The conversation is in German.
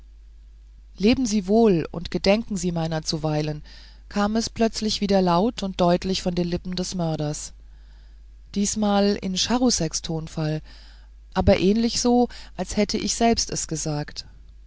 leben sie wohl und gedenken sie meiner zuweilen kam es plötzlich wieder laut und deutlich von den lippen des mörders diesmal in charouseks tonfall aber ähnlich so als hätte ich selbst es gesagt